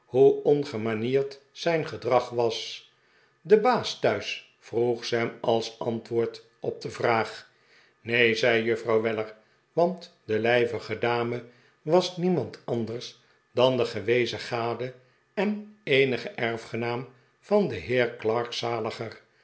hoe ongemanierd zijn gedrag was de baas thuis vroeg sam als antwoord op de vraag neen zei juffrouw weller want de lijvige dame was niemand anders dan de gewezen gade en eenige erfgenaam van den heer clarke